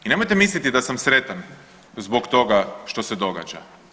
I nemojte misliti da sam sretan zbog toga što se događa.